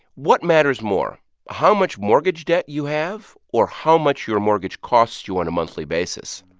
what matters more how much mortgage debt you have or how much your mortgage costs you on a monthly basis?